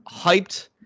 hyped